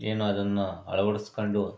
ಏನು ಅದನ್ನು ಅಳವಡಿಸ್ಕೊಂಡು